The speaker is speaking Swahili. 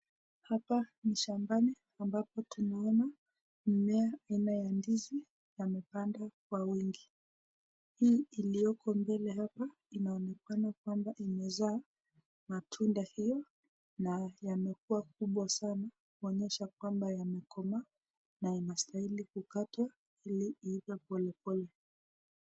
Hapa ni shambani ambapo tunaona mimea aina ya ndizi yamepandwa kwa wingi. Hii iliyoko mbele hapa, inaonekana kwamba imezaa matunda hiyo na yamekuwa kubwa sana kuonyesha kwamba yamekomaa na inastahili kukatwa ili iive pole pole.